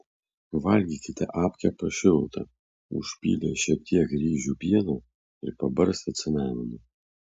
valgykite apkepą šiltą užpylę šiek tiek ryžių pieno ir pabarstę cinamonu